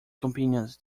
companions